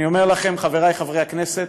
אני אומר לכם, חברי חברי הכנסת,